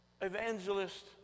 evangelist